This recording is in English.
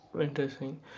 interesting